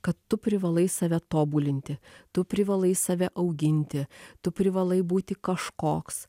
kad tu privalai save tobulinti tu privalai save auginti tu privalai būti kažkoks